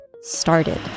started